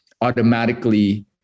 automatically